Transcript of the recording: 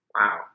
Wow